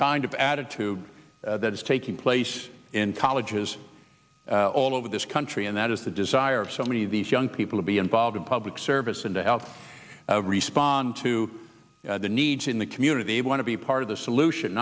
kind of attitude that is taking place in colleges all over this country and that is the desire of so many of these young people to be involved in public service and to help respond to the needs in the community want to be part of the solution